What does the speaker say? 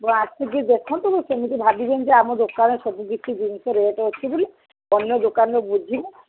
ଆପଣ ଆସିକି ଦେଖନ୍ତୁ ମୁଁ ସେମିତି ଭାବିବିନି ଯେ ଆମ ଦୋକାନରେ ସବୁ କିଛି ଜିନିଷ ରେଟ୍ ଅଛି ବୋଲି ଅନ୍ୟ ଦୋକାନରେ ବୁଝିବେ